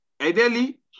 Ideally